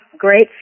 great